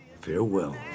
farewell